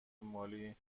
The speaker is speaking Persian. مالی